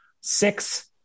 Six